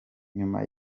nyuma